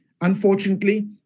Unfortunately